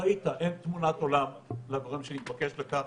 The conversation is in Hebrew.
ראית, אין תמונת עולם לדברים לגורם שנתבקש לכך.